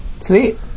Sweet